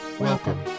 Welcome